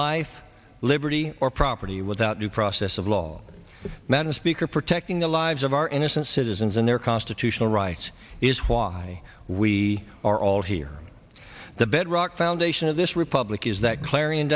life liberty or property without due process of law madam speaker protecting the lives of our innocent citizens and their constitutional rights is why we are all here the bedrock foundation of this republic is that clarion